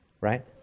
right